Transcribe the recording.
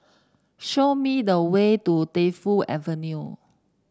show me the way to Defu Avenue